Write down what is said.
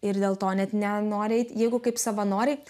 ir dėl to net nenori eit jeigu kaip savanoriai